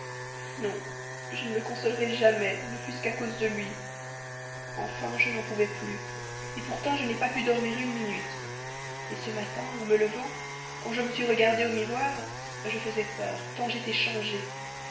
non je ne me consolerai jamais ne fût-ce qu'à cause de lui enfin je n'en pouvais plus pourtant je n'ai pas pu dormir une minute et ce matin en me levant quand je me suis regardée au miroir je faisais peur tant j'étais changée